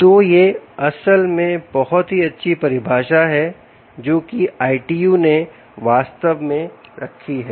तो यह असल में बहुत ही अच्छी परिभाषा है जोकि ITU ने वास्तव में रखी है